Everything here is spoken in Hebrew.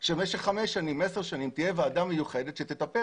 שבמשך חמש שנים או עשר שנים תהיה ועדה מיוחדת שתטפל